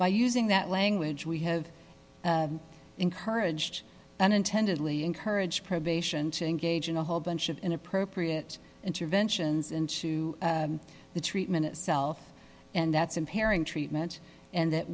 by using that language we have encouraged and intended lee encourage probation to engage in a whole bunch of inappropriate interventions into the treatment itself and that's impairing treatment and that